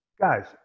Guys